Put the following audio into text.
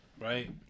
right